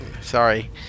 sorry